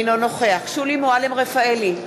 אינו נוכח שולי מועלם-רפאלי,